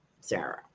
Sarah